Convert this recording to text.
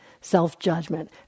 self-judgment